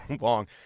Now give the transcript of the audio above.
long